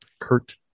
Kurt